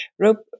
rope